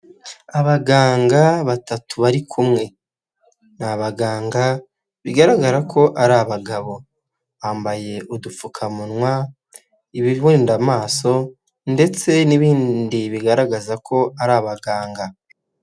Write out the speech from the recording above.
Abaganga batatu bari kumwe, ni abaganga bigaragara ko ari abagabo, bambaye udupfukamunwa ibirinda amaso ndetse n'ibindi bigaragaza ko ari abaganga.